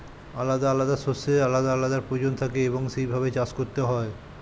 আলাদা আলাদা শস্যের আলাদা আলাদা প্রয়োজন থাকে এবং সেই ভাবে চাষ করতে হয়